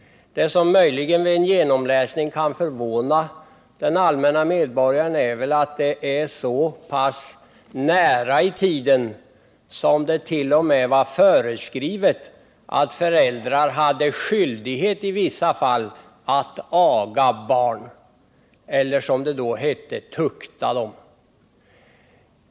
Vad som möjligen vid en genomläsning kan förvåna den vanlige medborgaren är att det var så nära i tiden som det t.o.m. var föreskrivet att föräldrar i vissa fall hade skyldighet att aga barn eller, som det då hette, tukta dem.